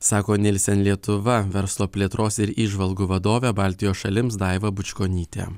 sako nielsen lietuva verslo plėtros ir įžvalgų vadovė baltijos šalims daiva bučkonytė